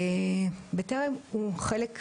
בטרם הוא חלק מאיתנו,